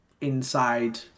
inside